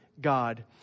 God